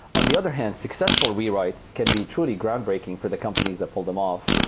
on the other hand successful rewrites can be truly groundbreaking for the company's that pull them off.